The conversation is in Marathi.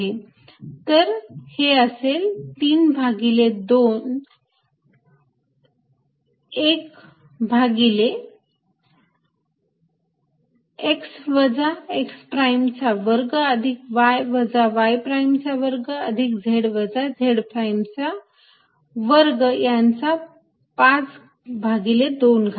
तर हे असेल 32 एक भागिले x वजा x प्राईम चा वर्ग अधिक y वजा y प्राईम चा वर्ग अधिक z वजा z प्राईम चा वर्ग यांचा 52 घात